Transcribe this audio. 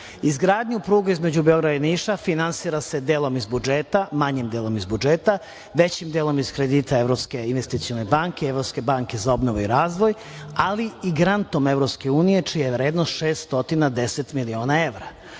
Izgradnja pruge između Beograda i Niša finansira se delom iz budžeta, manjim delom iz budžeta, većim delom iz kredita Evropske investicione banke i Evropske banke za obnovu i razvoj, ali i grantom EU čija je vrednost 610 miliona evra. Da